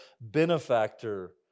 benefactor